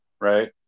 right